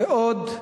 ועוד,